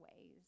ways